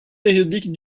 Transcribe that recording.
périodique